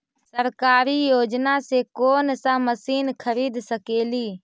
सरकारी योजना से कोन सा मशीन खरीद सकेली?